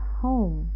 home